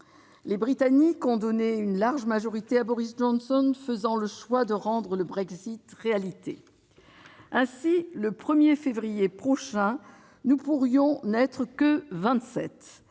Les Britanniques ont donné une large majorité à Boris Johnson, faisant le choix de rendre le Brexit réalité. Ainsi, le 1 février prochain, nous pourrions n'être que